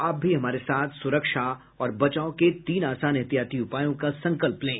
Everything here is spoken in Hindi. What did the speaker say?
आप भी हमारे साथ सुरक्षा और बचाव के तीन आसान एहतियाती उपायों का संकल्प लें